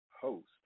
host